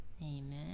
Amen